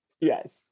Yes